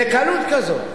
בקלות כזאת?